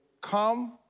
come